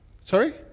Sorry